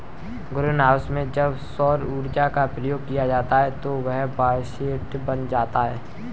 green house में जब सौर ऊर्जा का प्रयोग किया जाता है तो वह बायोशेल्टर बन जाता है